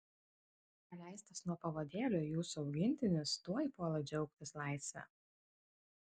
paleistas nuo pavadėlio jūsų augintinis tuoj puola džiaugtis laisve